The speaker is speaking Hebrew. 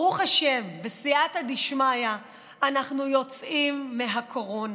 ברוך השם, בסייעתא דשמיא, אנחנו יוצאים מהקורונה.